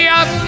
up